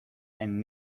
and